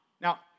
Now